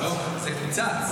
לא, זה קוצץ.